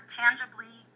tangibly